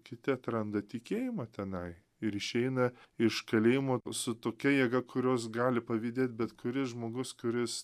kiti atranda tikėjimą tenai ir išeina iš kalėjimo su tokia jėga kurios gali pavydėt bet kuris žmogus kuris